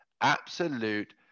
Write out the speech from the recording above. absolute